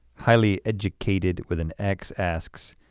highlyeducxted with an x asks,